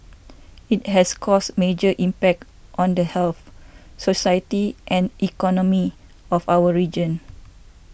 it has caused major impact on the health society and economy of our region